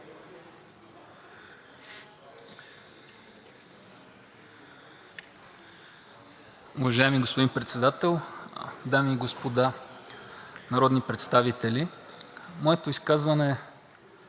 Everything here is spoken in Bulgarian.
Уважаеми господин Председател! Дами и господа народни представители, моето изказване ще